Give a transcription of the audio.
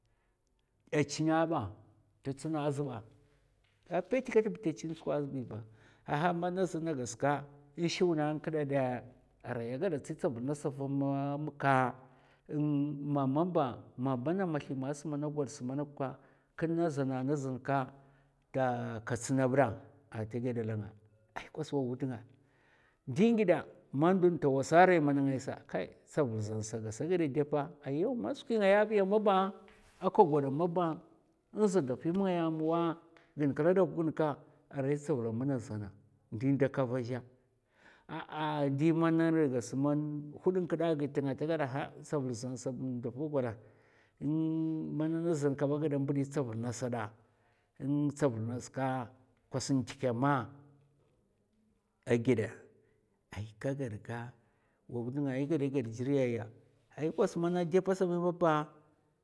A china ba, ta tsna zba a pèt kètb ta chin skwa zba ai'ba aha mana sna gas ka nshwèn an kda dè arai a gada tsi tsavul nasa vama mka, mamaba ma mana mathi mas mana gwad manok ka, kin na zana zan ka ta ka tsna bɓa a tè gidè la'nga kwas wa wud nga, ndi ngidè, man ndun tawasa rai mana ngai sa, hai tsavul zan sa arai a gèda dèpa. ayau man skwi ngaya biya maba a ka kwad maba nzada fi m'ngaya mu wa gin kla duk gin ka, arai tsavula mana zana ndin daka va zhè a a a ndi mana arai gas man hud'dnkda gid tnga ta gada tsavula sa sb ndopa gèda umm mana na zan kam a gada mbdiya tsavul nasa umm tsavul nas ka ndikè mɗ? A gèɓa, ai ka gad ka wa wud nga è gèdè gèd gèri aya ai kwas mana dèpa sabi maba.